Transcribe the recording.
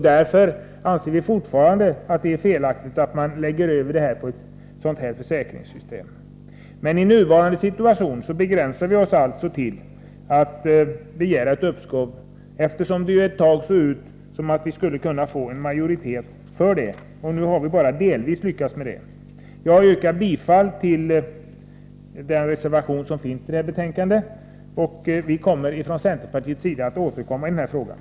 Vi anser fortfarande att det är felaktigt att överföra detta på ett försäkringssystem, men i nuvarande situation begränsar vi oss till att begära ett uppskov, eftersom det ett tag såg ut som om vi skulle ha kunnat få en majoritet för det. Nu har vi bara delvis lyckats med det. Jag yrkar bifall till den reservation som fogats till detta betänkande. Från centerpartiets sida avser vi att återkomma i den här frågan.